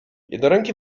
jednoręki